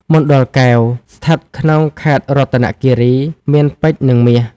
មណ្ឌលកែវ ស្ថិតក្នុងខេត្តរតនគីរី មានពេជ្រនិងមាស។